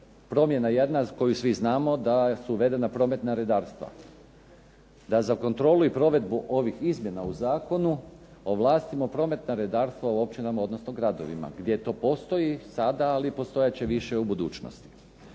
promjena jednu za koju svi znamo, da su uvedena prometna redarstva, da za kontrolu i provedbu ovih izmjena u zakonu ovlastimo prometna redarstva u općinama odnosno u gradovima gdje to postoji sada, ali postojat će više u budućnosti.